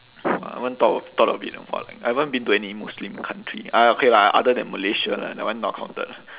I haven't thought of thought of it I haven't been to any muslim country !aiya! okay lah other than malaysia lah that one not counted